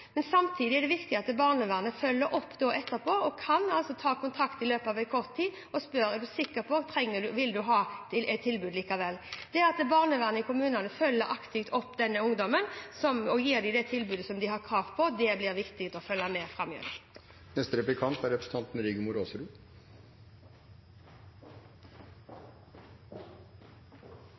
men samtidig er det viktig at barnevernet følger opp og kan ta kontakt i løpet av kort tid for å spørre: Er du sikker på dette, eller vil du ha tilbud likevel? Det at barnevernet i kommunene følger aktivt opp denne ungdommen og gir det tilbudet som han/hun har krav på, blir viktig å følge med på framover. Jeg takker for den inngangen statsråden har til saken. Jeg tror det er